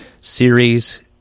series